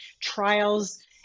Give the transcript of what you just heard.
trials